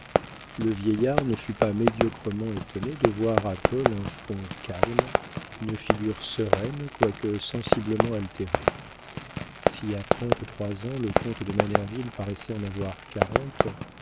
le vieillard ne fut pas médiocrement étonné de voir à paul un front calme une figure sereine quoique sensiblement altérée si à trente-trois ans le comte de manerville paraissait en avoir